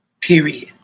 Period